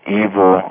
evil